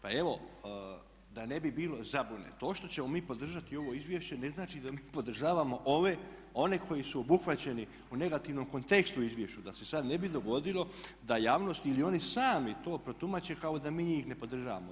Pa evo da ne bi bilo zabune, to što ćemo mi podržati ovo izvješće ne znači da mi podržavamo ove, one koji su obuhvaćeni u negativnom kontekstu u izvješću, da se sada ne bi dogodilo da javnost ili oni sami to protumače kao da mi njih ne podržavamo.